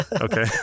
Okay